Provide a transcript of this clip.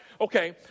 okay